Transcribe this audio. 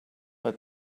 but